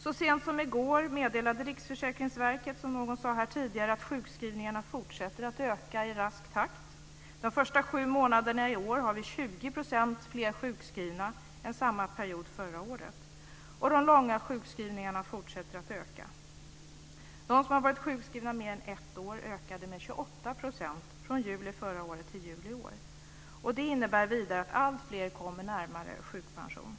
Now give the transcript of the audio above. Så sent som i går meddelade Riksförsäkringsverket, som någon tidigare sade, att sjukskrivningarna fortsätter att öka i rask takt. De första sju månaderna i år har vi 20 % fler sjukskrivna än samma period förra året, och de långa sjukskrivningarna fortsätter att öka. Antalet som varit sjukskrivna mer än ett år ökade med 28 % från juli förra året till juli i år. Det innebär vidare att alltfler kommer närmare en sjukpensionering.